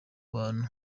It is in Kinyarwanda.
bantu